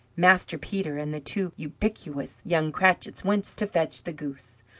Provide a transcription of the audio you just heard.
master peter and the two ubiquitous young cratchits went to fetch the goose,